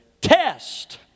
test